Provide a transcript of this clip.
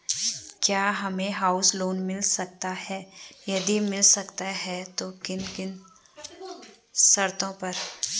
क्या हमें house loan मिल सकता है यदि मिल सकता है तो किन किन शर्तों पर?